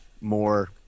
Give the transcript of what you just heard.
more